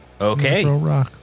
Okay